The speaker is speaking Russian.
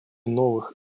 новых